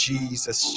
Jesus